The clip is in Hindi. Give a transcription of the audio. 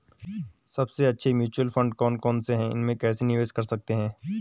सबसे अच्छे म्यूचुअल फंड कौन कौनसे हैं इसमें कैसे निवेश कर सकते हैं?